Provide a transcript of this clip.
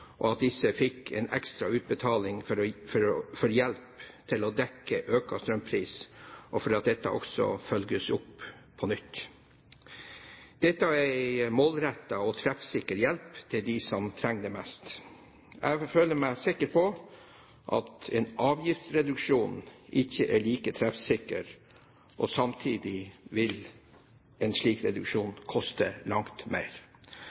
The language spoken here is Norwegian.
og for at disse fikk en ekstra utbetaling som en hjelp for å dekke økt strømpris – og for at dette også følges opp på nytt. Dette er en målrettet og treffsikker hjelp til dem som trenger det mest. Jeg føler meg sikker på at en avgiftsreduksjon ikke er like treffsikker, og samtidig vil en slik reduksjon koste langt mer.